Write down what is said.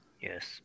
Yes